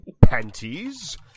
panties